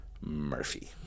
Murphy